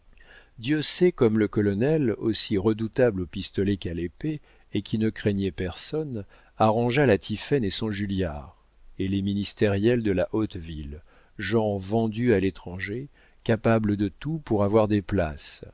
dieu sait comme le colonel aussi redoutable au pistolet qu'à l'épée et qui ne craignait personne arrangea la tiphaine et son julliard et les ministériels de la haute ville gens vendus à l'étranger capables de tout pour avoir des places